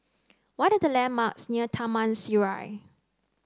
what are the landmarks near Taman Sireh